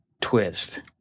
twist